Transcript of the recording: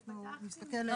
אנחנו נסתכל.